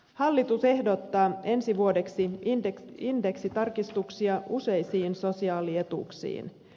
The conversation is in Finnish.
hallitus ehdottaa ensi vuodeksi indeksitarkistuksia useisiin sosiaalietuuksiin